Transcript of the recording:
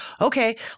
okay